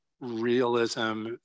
realism